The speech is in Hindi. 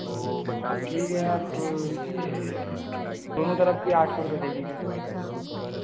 ठीक है आप ये दोनों तरफ के आठ सौ रुपये दे दीजिएगा